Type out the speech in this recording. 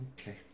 Okay